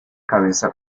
cabeza